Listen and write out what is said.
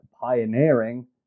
pioneering